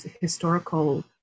historical